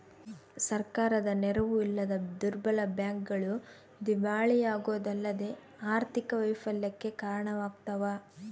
ಸರ್ಕಾರದ ನೆರವು ಇಲ್ಲದ ದುರ್ಬಲ ಬ್ಯಾಂಕ್ಗಳು ದಿವಾಳಿಯಾಗೋದಲ್ಲದೆ ಆರ್ಥಿಕ ವೈಫಲ್ಯಕ್ಕೆ ಕಾರಣವಾಗ್ತವ